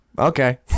Okay